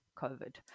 COVID